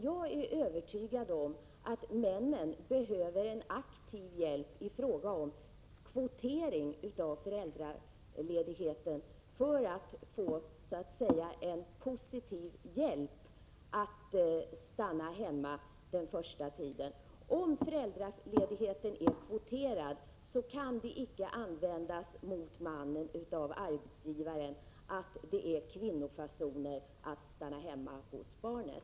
Jag är övertygad om att männen behöver en aktiv hjälp i fråga om kvotering av föräldraledigheten för att få en positiv påtryckning att stanna hemma den första tiden. Om föräldraledigheten är kvoterad kan det inte användas mot mannen av arbetsgivaren att det är kvinnofasoner att stanna hemma hos barnet.